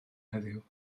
heddiw